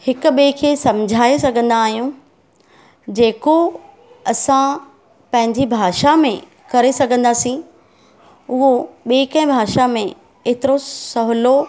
हिक ॿिए खे समुझाए सघंदा आहियूं जेको असां पंहिंजी भाषा में करे सघंदासीं उहो ॿिए कंहिं भाषा में एतिरो सहुलो